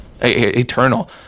eternal